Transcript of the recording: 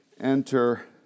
enter